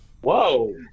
Whoa